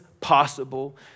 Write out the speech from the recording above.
possible